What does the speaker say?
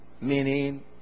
meaning